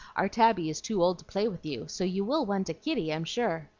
our tabby is too old to play with you so you will want a kitty, i'm sure.